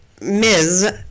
ms